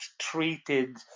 treated